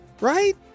Right